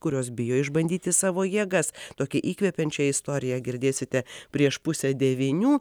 kurios bijo išbandyti savo jėgas tokią įkvepiančią istoriją girdėsite prieš pusę devynių